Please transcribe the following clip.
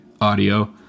audio